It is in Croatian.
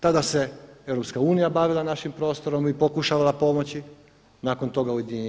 Tada se EU bavila našim prostorom i pokušavala pomoći, nakon toga UN.